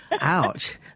Ouch